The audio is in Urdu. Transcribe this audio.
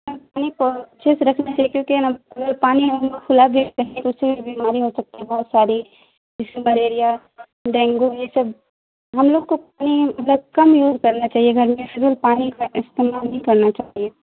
پانی کو اچھے سے رکھنا چاہیے کیونکہ ہے نا وہ پانی ہم کو کھلا بھی اس سے کچھ بھی بیماری ہو سکتا ہے بہت ساری جیسے ملیریا ڈینگو یہ سب ہم لوگ کو بہت کم یوز کرنا چاہیے گھر میں پانی کا استعمال نہیں کرنا چاہیے